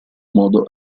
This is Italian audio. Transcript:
modo